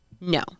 No